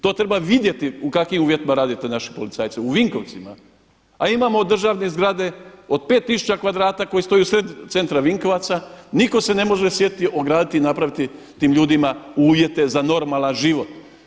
To treba vidjeti u kakvim uvjetima rade ti naši policajci u Vinkovcima, a imamo državne zgrade od pet tisuća kvadrata koji stoje u sred centra Vinkovaca, nitko se ne može sjetiti ograditi i napraviti tim ljudima uvjete za normalan život.